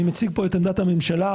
אני מציג פה את עמדת הממשלה.